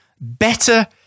better